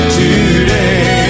today